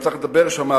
ואני צריך לדבר שם,